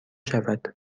شود